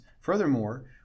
Furthermore